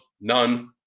none